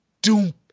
Doom